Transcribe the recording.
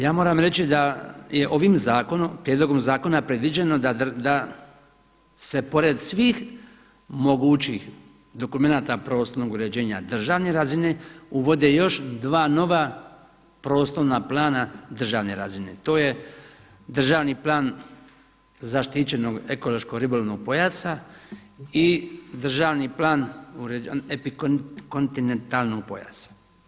Ja moram reći da je ovim prijedlogom zakona predviđeno da se pored svih mogućih dokumenata prostornog uređenja državne razine uvode još dva nova prostorna plana državne razine, to je državni plan zaštićenog ekološko-ribolovnog pojasa i državni plan epikontinentalnog pojasa.